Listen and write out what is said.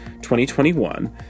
2021